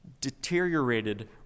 deteriorated